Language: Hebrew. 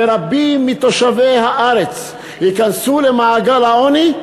ורבים מתושבי הארץ ייכנסו למעגל העוני,